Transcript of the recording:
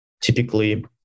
typically